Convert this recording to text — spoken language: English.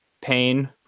pain